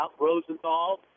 Rosenthal